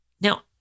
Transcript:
Now